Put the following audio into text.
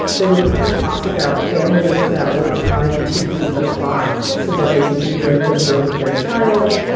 the reporter talks about families that were trying to beat the clock so that they could be there for the birth of their child.